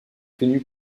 tenu